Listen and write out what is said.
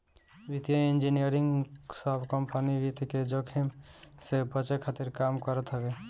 वित्तीय इंजनियरिंग सब कंपनी वित्त के जोखिम से बचे खातिर काम करत हवे